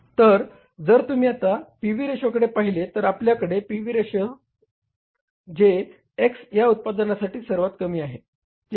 तर जर तुम्ही आता या पी व्ही रेशोकडे पाहिले तर आपल्याकडे पी व्ही रेशो आहे जे X या उत्पादनासाठी सर्वात कमी आहे जे 49